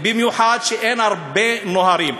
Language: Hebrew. במיוחד שאין הרבה נוהרים.